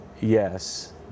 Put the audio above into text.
yes